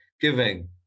Giving